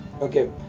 okay